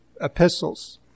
epistles